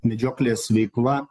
medžioklės veikla